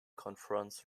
confronts